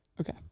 Okay